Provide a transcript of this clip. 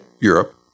Europe